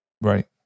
right